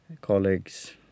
colleagues